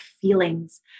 feelings